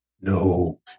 No